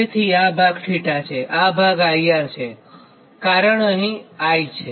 તેથી આ ભાગ 𝜃 છે આ ભાગ IR છે કારણ અહીં I છે